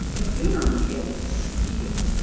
like, vaynermedia was a steal,